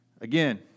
Again